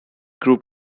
group